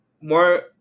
more